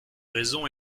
raison